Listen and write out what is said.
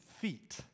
feet